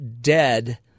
dead